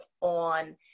on